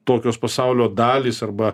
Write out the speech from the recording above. tokios pasaulio dalys arba